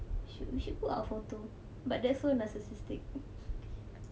should we should put our photo but then so narcissistic